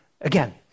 Again